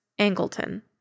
Angleton